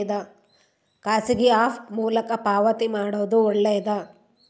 ಖಾಸಗಿ ಆ್ಯಪ್ ಮೂಲಕ ಪಾವತಿ ಮಾಡೋದು ಒಳ್ಳೆದಾ?